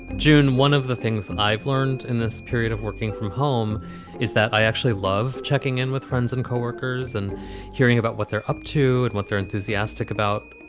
june. one of the things i've learned in this period of working from home is that i actually love checking in with friends and co-workers and hearing about what they're up to and what they're enthusiastic about.